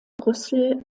brüssel